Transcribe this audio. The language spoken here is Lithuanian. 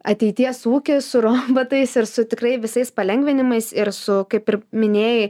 ateities ūkį su robotais ir su tikrai visais palengvinimais ir su kaip ir minėjai